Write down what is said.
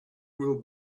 will